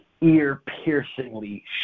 ear-piercingly